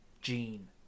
gene